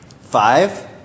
Five